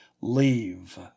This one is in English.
leave